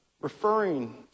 referring